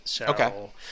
Okay